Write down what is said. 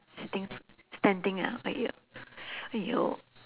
sitting standing ah !aiy~! !aiyo!